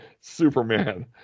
Superman